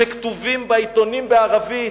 שכתובים בעיתונים בערבית,